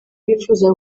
bifuza